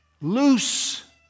loose